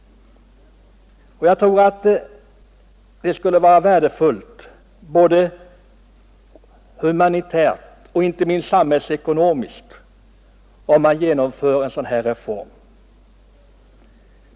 Jag tror det skulle vara värdefullt både humanitärt och inte minst samhällsekonomiskt om man genomför en sådan här reform.